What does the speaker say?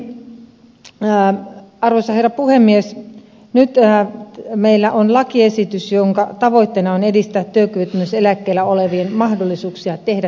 mutta ensinnäkin arvoisa herra puhemies meillä on nyt lakiesitys jonka tavoitteena on edistää työkyvyttömyyseläkkeellä olevien mahdollisuuksia tehdä työtä